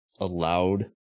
allowed